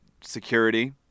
security